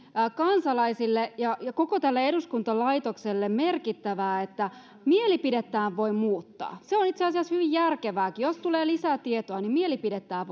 kansalaisille ja koko tälle eduskuntalaitokselle merkittävää että mielipidettään voi muuttaa se on itse asiassa hyvin järkevääkin jos tulee lisää tietoa niin mielipidettään